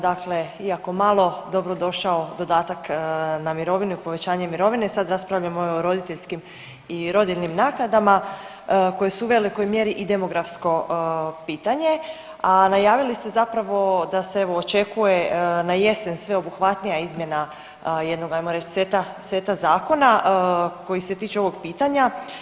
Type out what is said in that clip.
Dakle, iako malo dobrodošao dodatak na mirovinu i povećanje mirovine sad raspravljamo i o roditeljskim i o rodiljnim naknadama koje su u velikoj mjeri i demografsko pitanje, a najavili ste zapravo da se evo očekuje na jesen sveobuhvatnija izmjena jednog ajmo reći seta, seta zakona koji se tiče ovog pitanja.